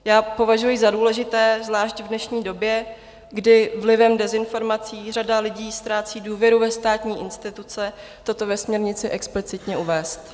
Já považuji za důležité zvlášť v dnešní době, kdy vlivem dezinformací řada lidí ztrácí důvěru ve státní instituce, toto ve směrnici explicitně uvést.